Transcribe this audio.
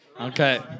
Okay